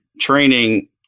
training